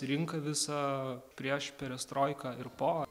rinką visą prieš perestroiką ir po